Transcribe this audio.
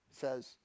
says